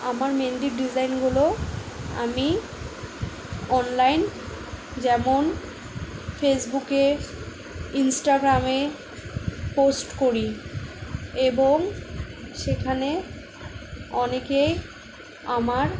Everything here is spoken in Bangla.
আমার মেহেন্দির ডিজাইনগুলো আমি অনলাইন যেমন ফেসবুকে ইন্সটাগ্রামে পোস্ট করি এবং সেখানে অনেকেই আমার